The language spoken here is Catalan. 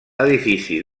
edifici